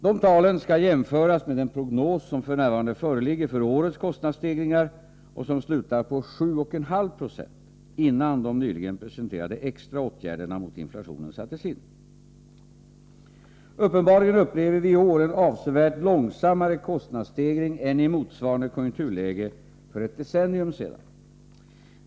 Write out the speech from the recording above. Dessa tal skall jämföras med den prognos som f.n. föreligger för årets kostnadsstegringar och som slutar på 7,5 76 — innan de nyligen presenterade extra åtgärderna mot inflationen sattes in. Uppenbarligen upplever vi i år en avsevärt långsammare kostnadsstegring än i motsvarande konjunkturläge för ett decennium sedan.